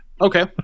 Okay